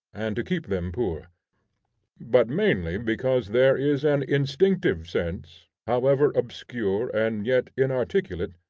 and to keep them poor but mainly because there is an instinctive sense, however obscure and yet inarticulate,